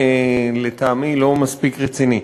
ולטעמי זה לא מספיק רציני.